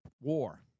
war